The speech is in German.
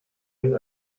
ihm